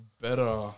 better